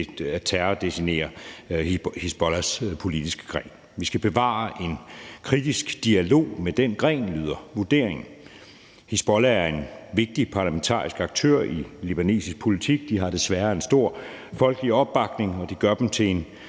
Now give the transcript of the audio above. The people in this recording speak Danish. terrordesignere Hizbollahs politiske gren. Vi skal bevare en kritisk dialog med den gren, lyder vurderingen. Hizbollah er en vigtig parlamentarisk aktør i libanesisk politik. De har desværre en stor folkelig opbakning, og det gør dem til en